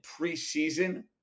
preseason